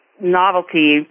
novelty